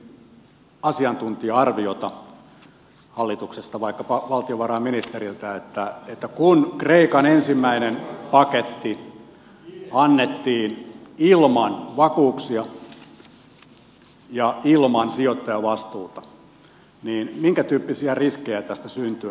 nyt kysyisin asiantuntija arviota hallituksesta vaikkapa valtiovarainministeriltä siitä että kun kreikan ensimmäinen paketti annettiin ilman vakuuksia ja ilman sijoittajavastuuta niin minkä tyyppisiä riskejä tästä syntyy